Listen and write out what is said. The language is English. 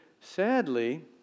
sadly